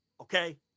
Okay